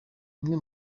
bimwe